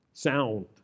Sound